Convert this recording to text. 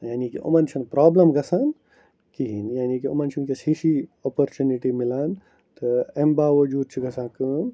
یعنی کہِ یِمن چھَنہٕ پرٛابلِم گَژھان کِہیٖنۍ یعنی کہِ یِمن چھِ وُنکٮ۪س ہِشی اَپرچُونِٹی مِلان تہٕ اَمہِ بَاوجوٗد چھِ گَژھان کٲم